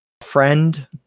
Friend